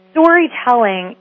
Storytelling